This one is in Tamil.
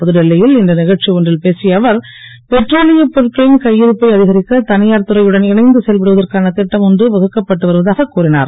புதுடெல்லி ல் இன்று க ச்சி ஒன்றில் பேசிய அவர் பெட்ரோலியப் பொருட்களின் கை ருப்பை அ கரிக்க த யார் துறையுடன் இணைந்து செயல்படுவதற்கான ட்டம் ஒன்று வகுக்கப்பட்டு வருவதாக கூறினார்